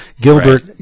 Gilbert